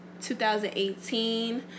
2018